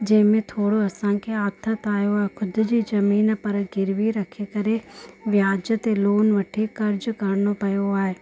जंहिंमें थोरो असांखे आथत आयो आहे ख़ुदि जी ज़मीन पर गिर्वी रखी करे वियाज ते लोन वठी क़र्ज़ु करिणो पियो आहे